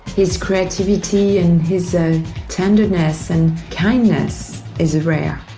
his creativity and his tenderness and kindness is rare,